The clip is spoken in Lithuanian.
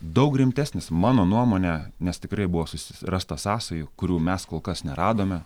daug rimtesnis mano nuomone nes tikrai buvo susi rasta sąsajų kurių mes kol kas neradome